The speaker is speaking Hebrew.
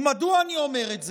ומדוע אני אומר את זה?